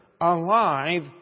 alive